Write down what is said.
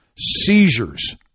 seizures